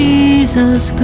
Jesus